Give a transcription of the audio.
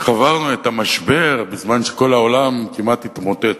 איך עברנו את המשבר בזמן שכל העולם כמעט התמוטט.